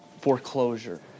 foreclosure